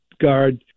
guard